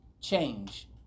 change